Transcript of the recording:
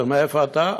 ומאיפה אתה?